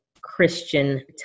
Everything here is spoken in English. Christian